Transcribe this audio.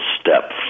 step